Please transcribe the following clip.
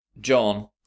John